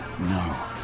no